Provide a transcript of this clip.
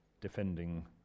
defending